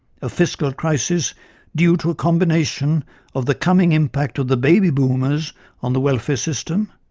a fiscal crisis due to a combination of the coming impact of the baby boomers on the welfare system